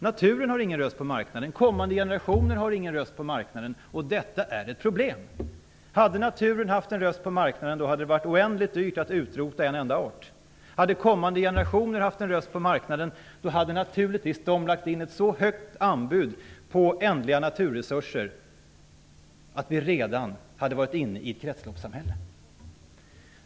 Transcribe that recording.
Naturen har ingen röst på marknaden. Den kommande generationen har ingen röst på marknaden. Detta är ett problem. Hade naturen haft en röst på marknaden, hade det varit oändligt dyrt att utrota en enda art. Hade kommande generationer haft en röst på marknaden, hade de naturligtvis lagt in ett så högt anbud på ändliga naturresurser att vi redan hade varit inne i ett kretsloppssamhälle.